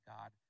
God